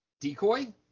Decoy